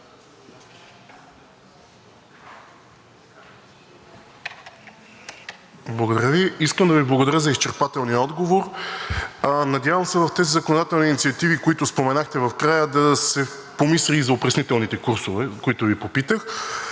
Благодаря Ви. Искам да Ви благодаря за изчерпателния отговор. Надявам се, в тези законодателни инициативи, за които споменахте в края, да се помисли и за опреснителните курсове, за които Ви попитах.